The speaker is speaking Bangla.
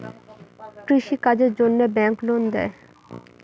কৃষি কাজের জন্যে ব্যাংক লোন দেয়?